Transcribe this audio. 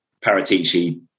Paratici